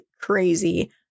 crazy